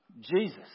Jesus